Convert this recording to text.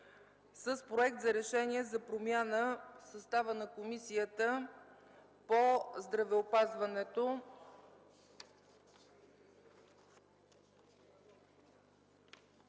- Проект за решение за промяна в състава на Комисията по здравеопазването.